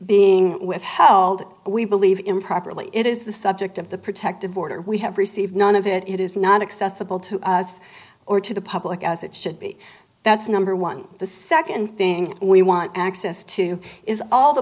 being withheld we believe improperly it is the subject of the protective order we have received none of it it is not accessible to us or to the public as it should be that's number one the second thing we want access to is all the